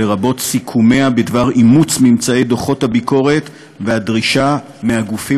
לרבות סיכומיה בדבר אימוץ ממצאי דוחות הביקורת והדרישה מהגופים